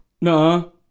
No